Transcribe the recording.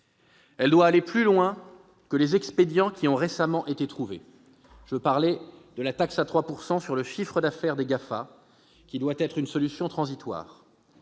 Elle doit aller plus loin que les expédients récemment trouvés : je veux parler de la taxe à 3 % sur le chiffre d'affaires des GAFA, qui doit être une solution transitoire.